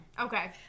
Okay